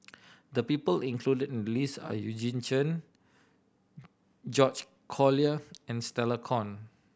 the people included in the list are Eugene Chen George Collyer and Stella Kon